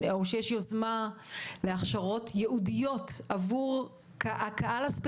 ככל שיש לו את המידע וככל שהוא יכול לעשות בו